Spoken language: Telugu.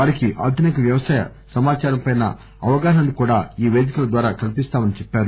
వారికి ఆధునిక వ్యవసాయ సమాచారంపై అవగాహనను కూడా ఈ పేదికల ద్వారా కల్పిస్తామని చెప్పారు